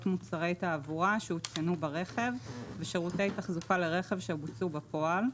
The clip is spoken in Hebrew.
מוצרי תעבורה שהותקנו ברכב ושירותי תחזוקה לרכב שבוצעו בפועל,